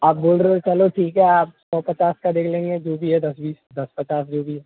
आप बोल रहे हो चलो ठीक है आप सौ पचास का देख लेंगे जो भी है दस बीस दस पचास जो भी है